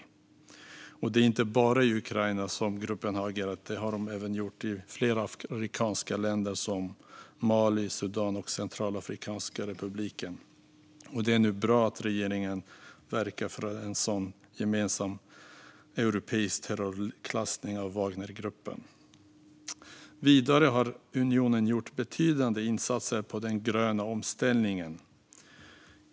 Det är inte bara i Ukraina som gruppen har agerat. Gruppen har även agerat i flera afrikanska länder, som Mali, Sudan och Centralafrikanska republiken. Det är bra att regeringen verkar för en gemensam europeisk terrorklassning av Wagnergruppen. Vidare har unionen gjort betydande insatser i fråga om den gröna omställningen.